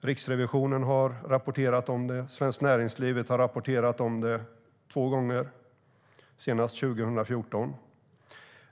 Riksrevisionen har rapporterat om det. Svenskt Näringsliv har rapporterat om det två gånger, senast 2014.